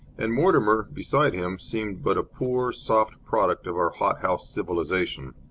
and mortimer, beside him, seemed but a poor, soft product of our hot-house civilization.